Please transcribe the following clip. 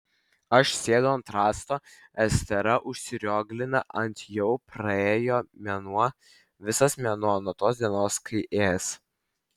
aš sėdu ant rąsto estera užsirioglina ant jau praėjo mėnuo visas mėnuo nuo tos dienos kai ės